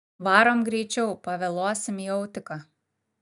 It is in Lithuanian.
varom greičiau pavėluosim į autiką